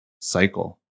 cycle